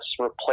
replace